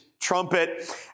trumpet